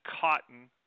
cotton